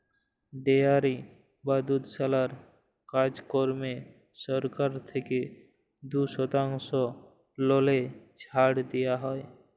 dairy বা দুধশালার কাজকম্মে সরকার থ্যাইকে দু শতাংশ ললে ছাড় দিয়া হ্যয়